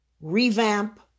revamp